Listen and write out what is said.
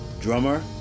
drummer